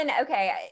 Okay